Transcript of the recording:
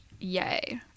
yay